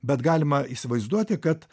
bet galima įsivaizduoti kad